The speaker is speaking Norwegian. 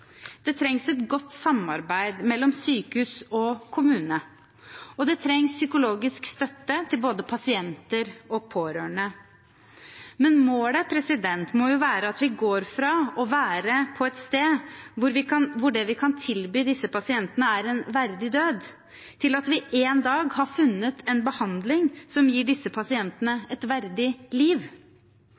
Det trengs et godt samarbeid mellom sykehus og kommune, og det trengs psykologisk støtte til både pasienter og pårørende. Men målet må være at vi går fra å være på et sted der det vi kan tilby disse pasientene, er en verdig død, til at vi en dag har funnet en behandling som gir disse pasientene et verdig liv.